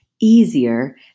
easier